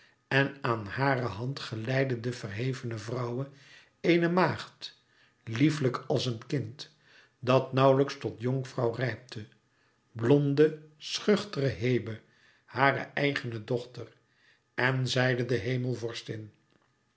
en aan hare hand geleidde de verhevene vrouwe eene maagd lieflijk als een kind dat nauwlijks tot jonkvrouw rijpte blonde schuchtere hebe hare eigene dochter en zeide de